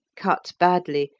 cut badly,